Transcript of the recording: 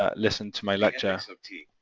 ah listen to my lecture. of tea,